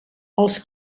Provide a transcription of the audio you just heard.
els